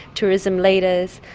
tourism leaders,